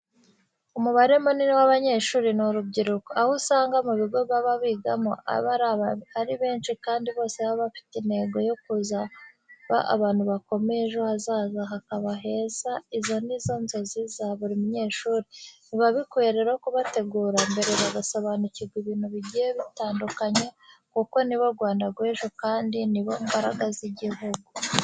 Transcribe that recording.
Umubare munini w'abanyeshuri ni urubyiruko, aho usanga mu bigo baba bigamo aba ari benshi kandi bose baba bafite intego yo kuzaba abantu bakomeye ejo hazaza habo haka heza izo ni zo nzozi za buri munyeshuri. Biba bikwiye rero kubategura mbere bagasobanukirwa ibintu bigiye bitandukanye kuko nibo Rwanda rw'ejo kandi ni bo mbaraga z'igihugu.